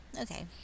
okay